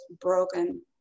broken